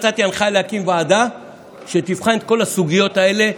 נתתי הנחיה להקים ועדה שתבחן את כל הסוגיות האלה,